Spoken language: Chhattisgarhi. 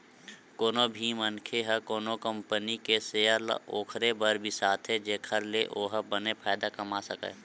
कोनो भी मनखे ह कोनो कंपनी के सेयर ल ओखरे बर बिसाथे जेखर ले ओहा बने फायदा कमा सकय